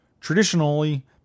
Traditionally